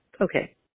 Okay